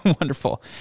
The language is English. wonderful